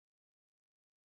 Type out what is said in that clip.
I will